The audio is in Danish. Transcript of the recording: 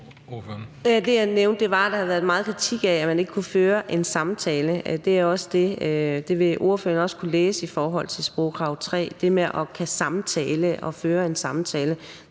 at der havde været meget kritik af, at man ikke kunne føre en samtale. Det vil ordføreren også kunne læse i forhold til sprogkrav 3, altså det med at kunne samtale og føre en samtale.